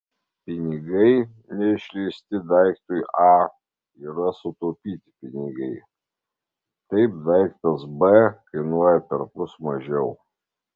pinigai neišleisti daiktui a yra sutaupyti pinigai taip daiktas b kainuoja perpus mažiau